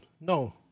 No